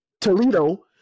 Toledo